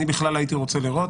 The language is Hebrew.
אני בכלל הייתי רוצה לראות,